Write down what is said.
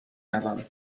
روم